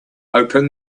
open